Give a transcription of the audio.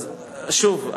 שוב,